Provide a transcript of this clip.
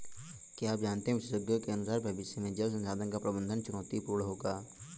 क्या आप जानते है विशेषज्ञों के अनुसार भविष्य में जल संसाधन का प्रबंधन चुनौतीपूर्ण होगा